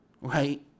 right